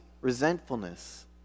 resentfulness